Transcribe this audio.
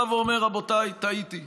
בא ואומר: רבותיי, טעיתי.